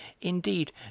indeed